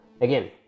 Again